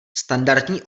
standardní